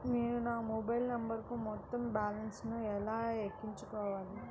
నేను నా మొబైల్ నంబరుకు మొత్తం బాలన్స్ ను ఎలా ఎక్కించుకోవాలి?